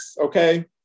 okay